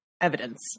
Evidence